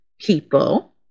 people